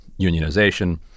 unionization